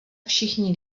všichni